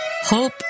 hope